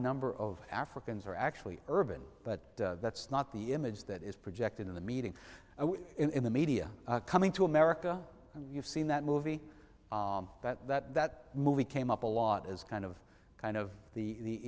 number of africans are actually urban but that's not the image that is projected in the meeting in the media coming to america and you've seen that movie that that that movie came up a lot as kind of kind of the the